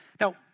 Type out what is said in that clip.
Now